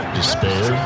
Despair